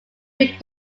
built